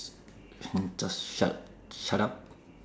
and just shut shut up